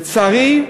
לצערי,